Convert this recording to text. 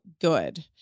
good